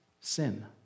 sin